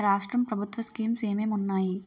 రాష్ట్రం ప్రభుత్వ స్కీమ్స్ ఎం ఎం ఉన్నాయి?